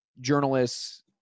journalists